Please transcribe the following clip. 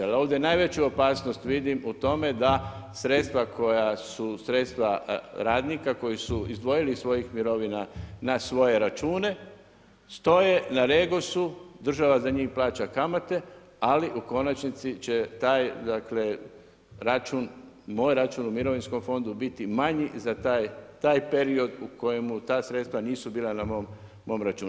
Jer ovdje najveću opasnost vidim u tome da sredstva koja su sredstva radnika koji su izdvoji iz svojih mirovina na svoje račune, stoje na REGOS-u, država za njih plaća kamate ali u konačnici će taj račun, moj račun u mirovinskom fondu biti manji za taj period u kojemu ta sredstva nisu bila na mom računu.